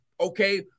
okay